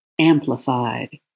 amplified